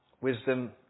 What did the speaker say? wisdom